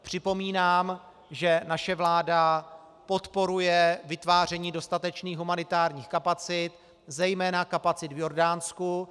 Připomínám, že naše vláda podporuje vytváření dostatečných humanitárních kapacit, zejména kapacit v Jordánsku.